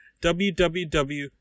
www